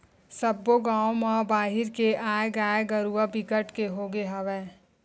सब्बो गाँव म बाहिर के आए गाय गरूवा बिकट के होगे हवय